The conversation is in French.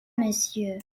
monsieur